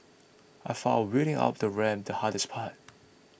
I found wheeling up the ramp the hardest part